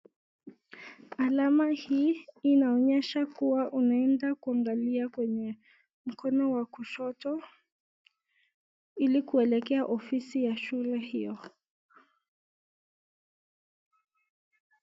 Alama hii inaonyesha kuwa unaenda kungalia kwenye mkono wa kushoto ili kuelekea ofisi ya shule hio.